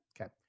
Okay